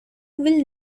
will